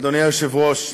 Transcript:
אדוני היושב-ראש,